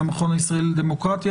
מהמכון הישראלי לדמוקרטיה,